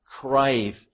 crave